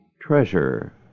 treasure